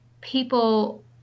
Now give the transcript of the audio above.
people